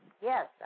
Yes